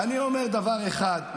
אני אומר דבר אחד.